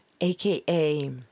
aka